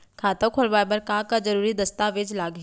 खाता खोलवाय बर का का जरूरी दस्तावेज लागही?